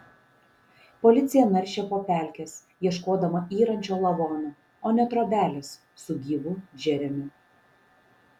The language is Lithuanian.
policija naršė po pelkes ieškodama yrančio lavono o ne trobelės su gyvu džeremiu